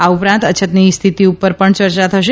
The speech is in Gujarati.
આ ઉપરાંત અછતની સ્થિતિ ઉપર પણ ચર્ચા થશે